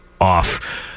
off